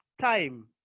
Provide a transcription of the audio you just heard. time